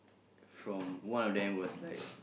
from one of them was like